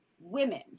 women